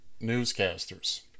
newscasters